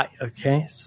Okay